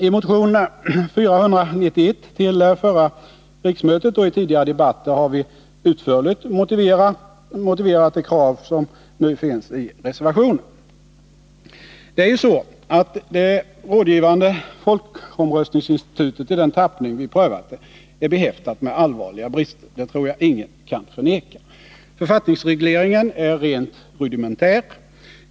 I motion 491 till förra riksmötet och i tidigare debatter har vi utförligt motiverat det krav som nu finns i reservationen. Det är ju så att det rådgivande folkomröstningsinstitutet i den tappning vi prövat det är behäftat med allvarliga brister — det tror jag ingen kan förneka. Författningsregleringen är rent rudimentär.